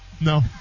No